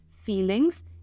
feelings